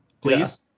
Please